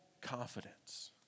confidence